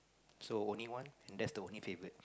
so only one and that's the only favourite